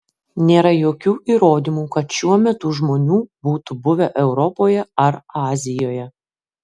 nėra jokių įrodymų kad šiuo metu žmonių būtų buvę europoje ar azijoje